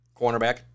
Cornerback